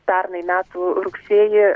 pernai metų rugsėjį